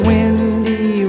Windy